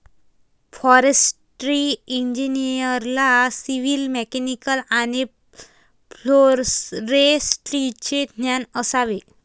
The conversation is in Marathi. फॉरेस्ट्री इंजिनिअरला सिव्हिल, मेकॅनिकल आणि फॉरेस्ट्रीचे ज्ञान असावे